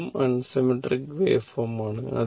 ഇതും unsymmetric waveform ആണ്